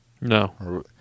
No